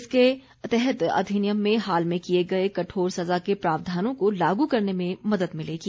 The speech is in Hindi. इसके तहत अधिनियम में हाल में किये गये कठोर सजा के प्रावधानों को लागू करने में मदद मिलेगी